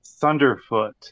Thunderfoot